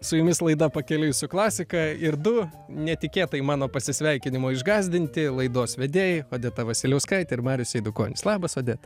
su jumis laida pakeliui su klasika ir du netikėtai mano pasisveikinimo išgąsdinti laidos vedėjai odeta vasiliauskaitė ir marius eidukonis labas odeta